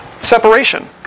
separation